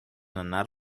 anar